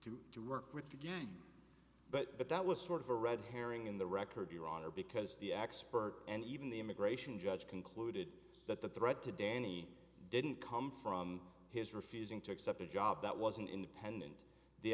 position to work with again but that was sort of a red herring in the record your honor because the expert and even the immigration judge concluded that the threat to danny didn't come from his refusing to accept a job that was an independent the